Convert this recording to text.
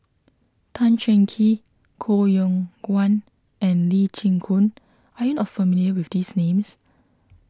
Tan Cheng Kee Koh Yong Guan and Lee Chin Koon are you not familiar with these names